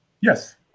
yes